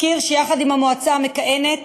אזכיר שיחד עם המועצה המכהנת